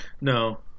no